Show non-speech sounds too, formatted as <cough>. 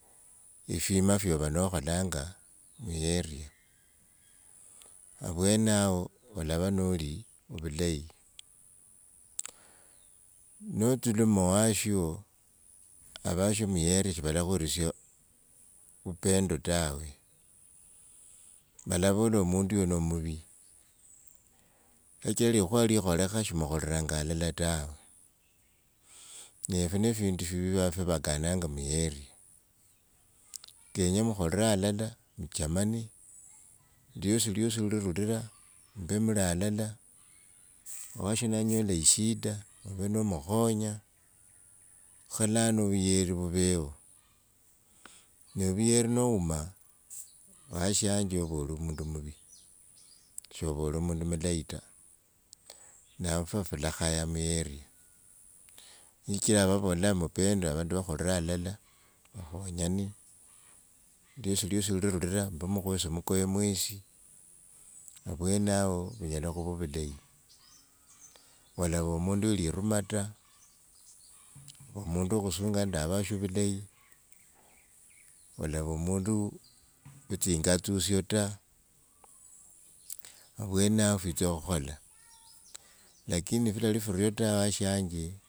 Efima fyova nokholanga mueria avyenao olava noli vulayi nodhuluma owasho, avasho mueria shivala khwelesia upendo tawe valavola omunduyo no muvi shichira likhuva likholekha shimukhoreranga alala tawe, nefwo nifwo efindu fivakananga mueria, kenye mukhore alala muchamane liosiliosi lirura muve nimuli alala owasho nanyola eshida, ove no mukhonya kha lano vuyeri vuveo. <noise> ne vuyeri nouma vashanje ova u mundu omuvi, shova oli mundu mulayi ta nfwafulakhaya mueria shichila nivavola vupendo vandu vakhora alala, <noise> vakhonyane liosiliosi lirura mba nimukhwesa mukoye mwesi avyenao vunyela khavaa vuleyi, olava mundu we liruma ta, omundu wokhusunga nende avasho vulayi, olava omundu <noise> wetsingatsusio avyenavo fwitsa khola. Lakini fulali furio tawe washanje.